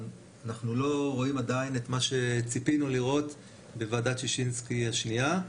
שאנחנו לא רואים עדיין את מה שציפינו לראות בוועדת שישינסקי השנייה.